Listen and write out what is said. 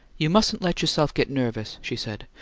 you mustn't let yourself get nervous, she said.